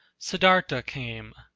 siddartha came,